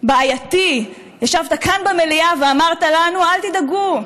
בעייתי, ישבת כאן במליאה ואמרת לנו: אל תדאגו,